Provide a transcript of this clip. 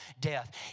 death